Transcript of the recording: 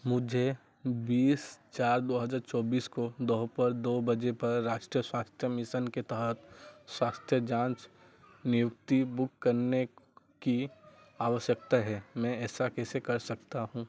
मुझे बीस चार दो हज़ार चौबीस को दोपहर दो बजे पर राष्टीय स्वास्थ्य मिसन के तहत स्वास्थ्य जाँच नियुक्ति बुक करने की आवश्यकता है मैं ऐसा कैसे कर सकता हूँ